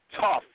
tough